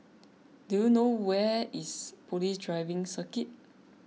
do you know where is Police Driving Circuit